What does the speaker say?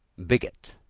bigot,